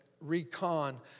Recon